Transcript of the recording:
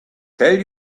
tell